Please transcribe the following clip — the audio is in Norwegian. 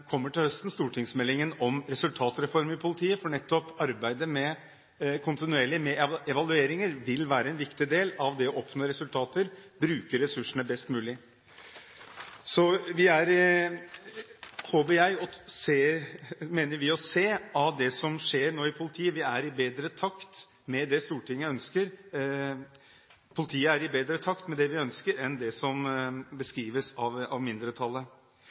kommer til høsten, stortingsmeldingen om resultatreform i politiet, for nettopp kontinuerlig arbeid med evalueringer vil være en viktig del av det å oppnå resultater, bruke ressursene best mulig. Vi er, håper jeg, som vi mener å se av det som nå skjer i politiet, i bedre takt med det Stortinget ønsker. Politiet er i bedre takt med det vi ønsker enn det som beskrives av mindretallet.